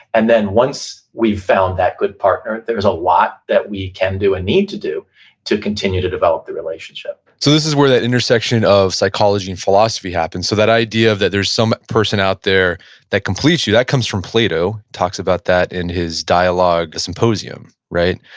and then once we've found that good partner, there's a lot that we can do and need to do to continue to develop the relationship so this is where that intersection of psychology and philosophy happens, so that idea that there's some person out there that completes you, that comes from plato, talks about that in his dialogue symposium, right?